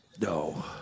No